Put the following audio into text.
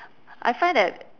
I find that